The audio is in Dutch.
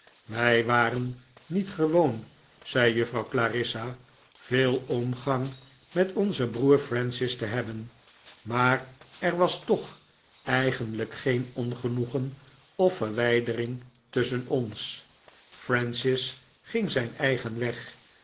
wij waren niet gewoon zei juffrouw clarissa veel omgang met onzen broer francis te hebben maar er was toch eigenlijk geen ongenoegen of verwijdering tusschen ons francis ging zijn eigen weg